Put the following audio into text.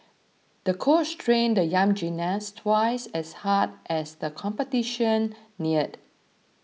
the coach trained the young gymnast twice as hard as the competition neared